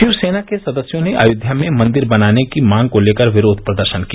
शिवसेना के सदस्यों ने अयोध्या में मंदिर बनाने की मांग को लेकर विरोध प्रदर्शन किया